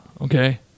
Okay